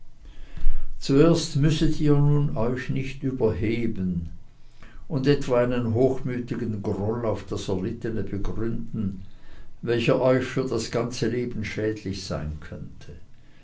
zuerst müsset ihr nun euch nicht überheben und etwa einen hochmütigen groll auf das erlittene begründen welcher euch für das ganze leben schädlich sein könnte